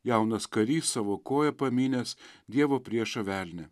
jaunas karys savo koja pamynęs dievo priešą velnią